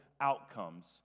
outcomes